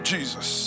Jesus